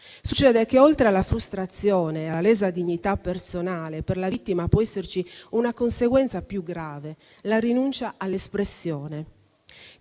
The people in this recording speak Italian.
Succede che, oltre alla frustrazione e alla lesa dignità personale, per la vittima può esserci una conseguenza più grave: la rinuncia all'espressione.